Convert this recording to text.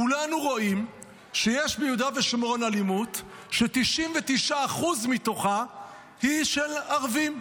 כולנו רואים שיש ביהודה ושומרון אלימות ש-99% מתוכה היא של ערבים.